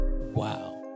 Wow